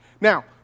Now